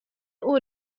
oer